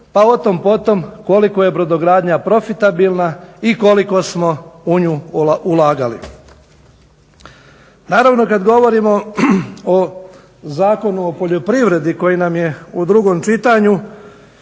pa otom potom koliko je brodogradnja profitabilna i koliko smo u nju ulagali. Naravno kad govorimo o Zakonu o poljoprivredi koji nam je u drugom čitanju